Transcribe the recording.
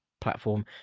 platform